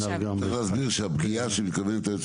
רק להסביר שהפגיעה שמתכוונת אליה היועצת